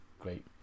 great